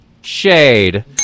Shade